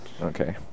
Okay